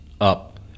up